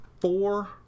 four